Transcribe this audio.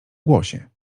głosie